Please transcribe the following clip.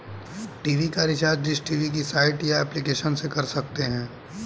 TV का recharge dish TV की site या एप्लीकेशन से कर सकते है